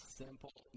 simple